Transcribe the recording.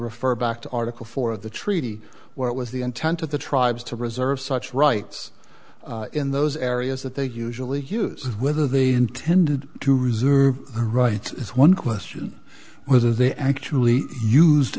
refer back to article four of the treaty where it was the intent of the tribes to reserve such rights in those areas that they usually use whether the intended to reserve the right is one question was are they actually used